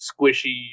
squishy